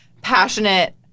passionate